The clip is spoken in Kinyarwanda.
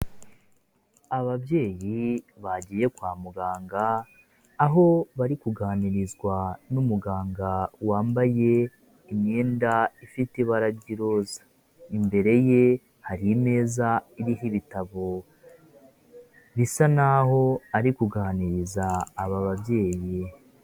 Ababyeyi bagiye kwa muganga; aho bari kuganirizwa n'umuganga wambaye imyenda ifite ibara ry'iroza; imbere ye hari imeza iriho ibitabo; bisa naho ari kuganiriza aba babyeyi.